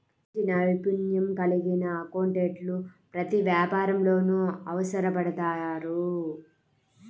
మంచి నైపుణ్యం కలిగిన అకౌంటెంట్లు ప్రతి వ్యాపారంలోనూ అవసరపడతారు